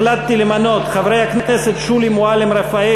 החלטתי למנות את חברת הכנסת שולי מועלם-רפאלי